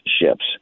ships